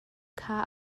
kha